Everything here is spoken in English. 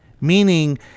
meaning